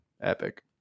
Epic